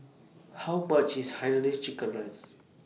How much IS Hainanese Chicken Rice